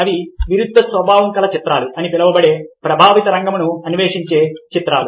అవి విరుద్ధ స్వభావము కల చిత్రాలు అని పిలువబడే ప్రభావిత రంగముని అన్వేషించే చిత్రాలు